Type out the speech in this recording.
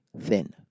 thin